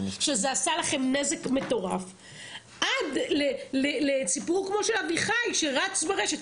שזה עשה לכם נזק מטורף ועד לסיפור כמו של אביחי שרץ ברשת.